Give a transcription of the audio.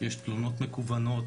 יש תלונות מקוונות,